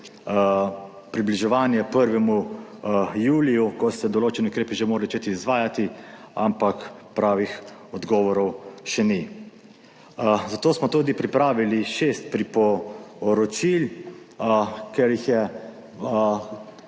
približevanje 1. juliju, ko bi se določeni ukrepi že morali začeti izvajati, ampak pravih odgovorov še ni. Zato smo tudi pripravili 6 poročil. Ker jih je